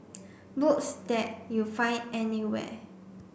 books that you find anywhere